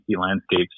landscape